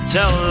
Tell